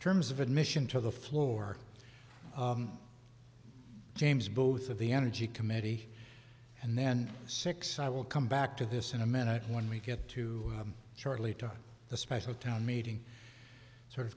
terms of admission to the floor james both of the energy committee and then six i will come back to this in a minute when we get to shortly to the special town meeting sort of